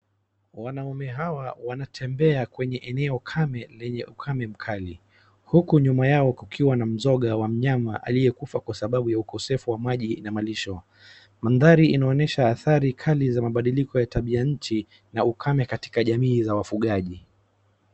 Wanaume hawa wanatembea kwenye eneo kame lenye ukame mkali uku nyuma yao kukiwa na mzoga wa mnyama aliyekufa kwa sababu ya ukosefu wa maji na malisho. Mandhari inaonyesha athari kali za mabadiliko ya tabianchi na ukame katika jamii za wafugaji.